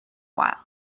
while